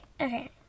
okay